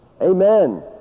Amen